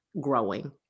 growing